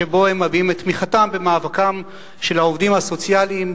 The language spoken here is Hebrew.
שבו הם מביעים את תמיכתם במאבקם של העובדים הסוציאליים,